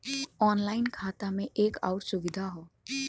online खाता में एक आउर सुविधा हौ